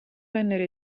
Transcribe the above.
vennero